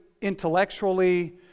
intellectually